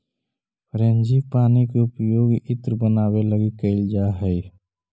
frangipani के उपयोग इत्र बनावे लगी कैइल जा हई